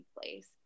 place